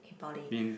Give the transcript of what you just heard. eh Poly